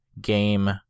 game